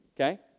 Okay